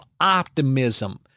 optimism